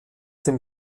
dem